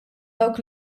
dawk